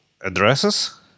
addresses